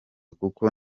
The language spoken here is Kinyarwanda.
kuko